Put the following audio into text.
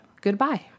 goodbye